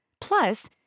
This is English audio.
Plus